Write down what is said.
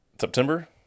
September